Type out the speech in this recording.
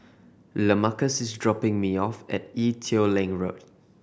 Lamarcus is dropping me off at Ee Teow Leng Road